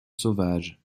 sauvages